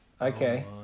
Okay